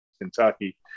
Kentucky